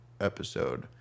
episode